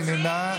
מי נמנע?